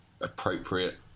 appropriate